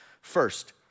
First